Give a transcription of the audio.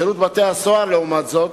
בשירות בתי-הסוהר, לעומת זאת,